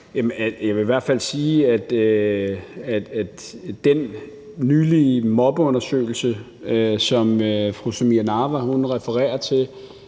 Jeg vil i hvert fald sige, at den nylige mobbeundersøgelse, som fru Samira Nawa refererer til,